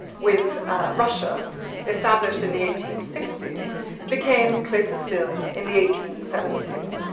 with russia established in the eighteen sixty s became closer still in the eighteen seventy s,